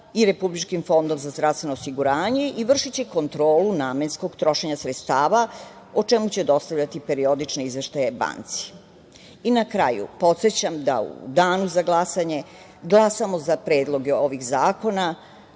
i Republičkom fondom za zdravstveno osiguranje i vršiće kontrolu namenskog trošenja sredstava, o čemu će dostavljati periodične izveštaje banci. Na kraju, podsećam da u danu za glasanje glasamo za predloge ovih zakona,